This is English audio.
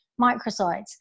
microsites